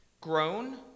grown